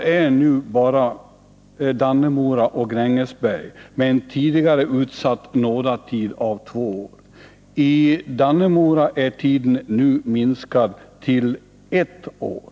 Kvar är bara Dannemora och Grängesberg med en tidigare utsatt nådatid av två år. I Dannemora är tiden nu minskad till ett år.